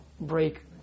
break